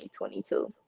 2022